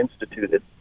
instituted